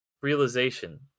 realization